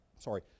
sorry